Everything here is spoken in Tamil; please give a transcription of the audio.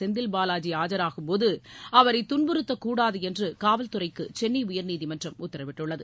செந்தில் பாலாஜி ஆஜராகும்போது அவரைத் துன்புறுத்தக்கூடாது என்று காவல்துறைக்கு சென்னை உயர்நீதிமன்றம் உத்தரவிட்டுள்ளது